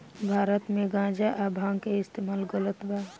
भारत मे गांजा आ भांग के इस्तमाल गलत बा